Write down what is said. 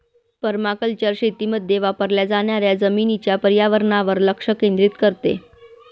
permaculture शेतीमध्ये वापरल्या जाणाऱ्या जमिनीच्या पर्यावरणावर लक्ष केंद्रित करते